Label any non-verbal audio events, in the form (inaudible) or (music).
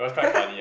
(laughs)